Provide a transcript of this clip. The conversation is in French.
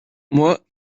moi